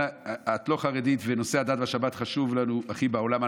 את לא חרדית, ונושא הדת והשבת חשוב לנו הכי בעולם.